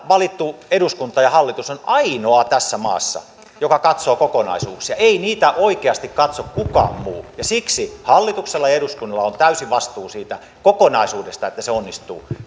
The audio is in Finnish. valittu eduskunta ja hallitus on ainoa tässä maassa joka katsoo kokonaisuuksia ei niitä oikeasti katso kukaan muu ja siksi hallituksella ja eduskunnalla on täysi vastuu siitä kokonaisuudesta että se onnistuu